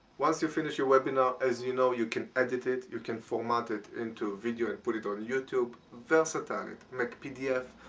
once you finish your webinar, as you know you can edit it, you can format it into video and put it on youtube versatile it make pdfs,